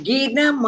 Gina